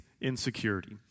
insecurity